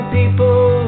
people